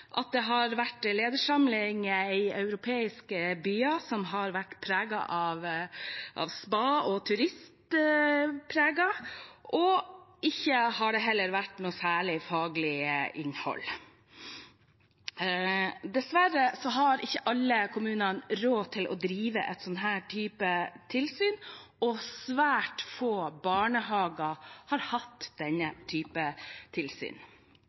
at det har vært ledersamlinger i europeiske byer som har vært preget av spa og turisme, uten noe særlig faglig innhold. Dessverre har ikke alle kommuner råd til å drive et slikt tilsyn, og svært få barnehager har hatt denne typen tilsyn.